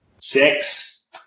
Six